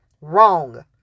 wrong